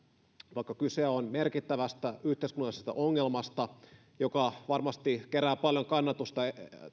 vaikka kyse on merkittävästä yhteiskunnallisesta ongelmasta jonka hoitaminen varmasti kerää paljon kannatusta